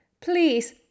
Please